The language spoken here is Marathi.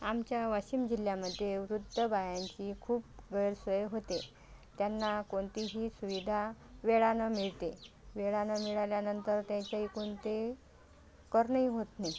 आमच्या वाशिम जिल्ल्यामध्ये वृद्ध बायांची खूप गैरसोय होते त्यांना कोणतीही सुविधा वेळानं मिळते वेळानं मिळाल्यानंतर त्यांच्याइकून ते करणंही होत नाही